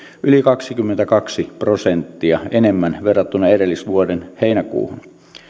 yli kaksikymmentäkaksi prosenttia enemmän verrattuna edellisvuoden heinäkuuhun